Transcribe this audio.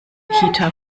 kita